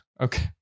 Okay